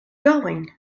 going